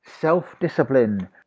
Self-discipline